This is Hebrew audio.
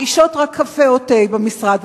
מגישות רק קפה או תה במשרד,